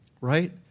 right